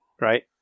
right